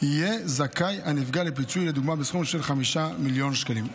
יהיה זכאי הנפגע לפיצוי לדוגמה בסכום של 5 מיליון שקלים.